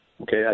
Okay